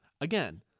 Again